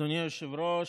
אדוני היושב-ראש,